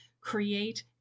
create